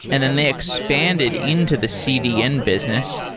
and then they expanded into the cdn business.